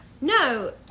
No